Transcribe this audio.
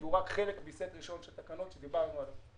זה רק חלק מסט ראשון של תקנות שדיברנו עליהן.